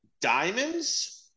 Diamonds